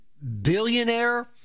billionaire